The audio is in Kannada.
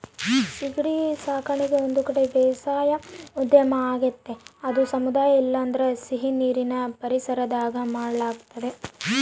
ಸೀಗಡಿ ಸಾಕಣಿಕೆ ಒಂದುಕಡಲ ಬೇಸಾಯ ಉದ್ಯಮ ಆಗೆತೆ ಅದು ಸಮುದ್ರ ಇಲ್ಲಂದ್ರ ಸೀನೀರಿನ್ ಪರಿಸರದಾಗ ಮಾಡಲಾಗ್ತತೆ